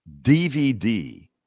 DVD